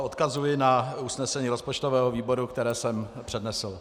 Odkazuji na usnesení rozpočtového výboru, které jsem přednesl.